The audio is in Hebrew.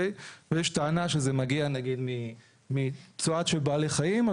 יש טענה שזה מגיע נגיד מצואה של בעלי חיים,